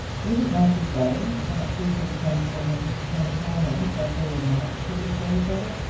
would it not be better that she should send for him and tell him that they were not suited for each other,